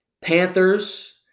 Panthers